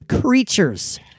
creatures